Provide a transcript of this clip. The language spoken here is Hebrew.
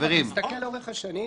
תסתכל לאורך השנים,